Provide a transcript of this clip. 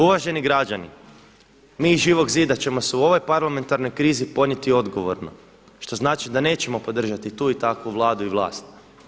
Uvaženi građani, mi iz Živog zida ćemo se u ovoj parlamentarnoj krizi podnijeti odgovorno, što znači da nećemo podržati tu i takvu Vladu i vlast.